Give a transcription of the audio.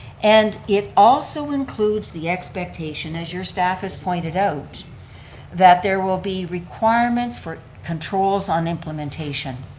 and it also includes the expectation as your staff has pointed out that there will be requirements for controls on implementation.